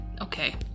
okay